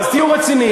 אז תהיו רציניים.